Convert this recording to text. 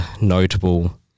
notable